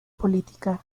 política